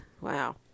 Wow